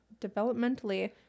developmentally